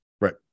right